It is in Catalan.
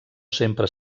sempre